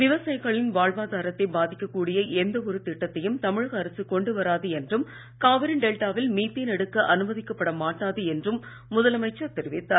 விவசாயிகளின் வாழ்வாதாரத்தை பாதிக்கக் கூடிய எந்த ஒரு திட்டத்தையும் தமிழக அரசு கொண்டு வராது என்றும் காவிரி டெல்டாவில் மீத்தேன் எடுக்க அனுமதிக்கப்பட மாட்டாது என்றும் முதலமைச்சர் தெரிவித்தார்